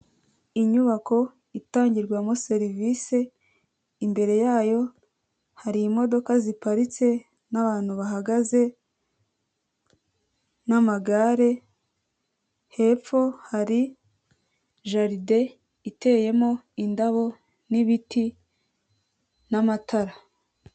Inyubako itangirwamo serivise, imbere yayo hari imodoka ziparitse n'abantu bahagaze n'amagare, hepfo hari jaride iteyemo indabo n'ibiti n'amatara.